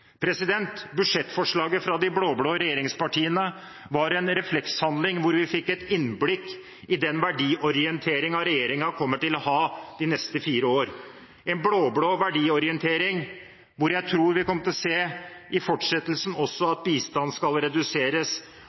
Budsjettforslaget fra de blå-blå regjeringspartiene var en reflekshandling hvor vi fikk et innblikk i den verdiorienteringen regjeringen kommer til å ha de neste fire år, en blå-blå verdiorientering hvor jeg tror vi kommer til å se i fortsettelsen også at bistanden skal reduseres,